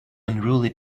unruly